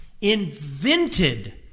invented